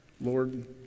Lord